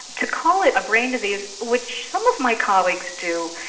to call it a brain disease, which some of my colleagues do,